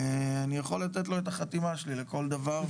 אני יכול לתת לו את החתימה שלי על כל דבר,